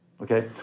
Okay